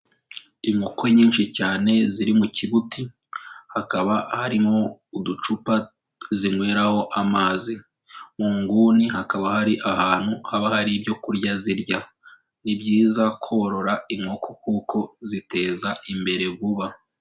Inkoko nyinshi cyane ziri mu kibuti, hakaba harimo uducupa zinyweraho amazi. Mu nguni hakaba hari ahantu haba hari ibyorya zirya. Ni byiza korora inkoko kuko ziteza imbere vuba.